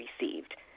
received